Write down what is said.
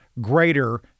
greater